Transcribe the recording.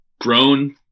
grown